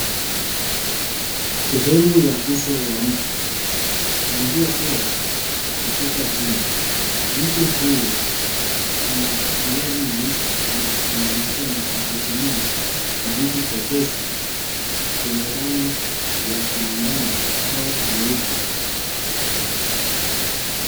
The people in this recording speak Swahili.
Sehemu ya uso wa mtu kuanzia pua kushuka chini. Mtu huyo ana ngozi nyeusi na anaonekana akitumia kijiti chepesi chenye rangi ya kimanjano au mweupe.